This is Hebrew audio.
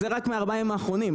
זה רק מהארבעה ימים האחרונים.